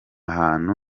hantu